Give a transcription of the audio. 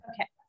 Okay